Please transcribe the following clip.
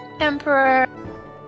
Emperor